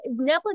Netflix